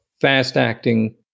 fast-acting